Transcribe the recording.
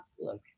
look